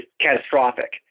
catastrophic